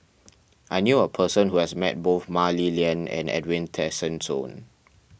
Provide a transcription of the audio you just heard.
I knew a person who has met both Mah Li Lian and Edwin Tessensohn